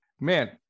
man